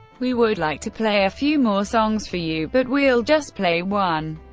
we would like to play a few more songs for you, but we'll just play one.